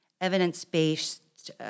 evidence-based